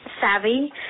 savvy